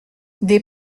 des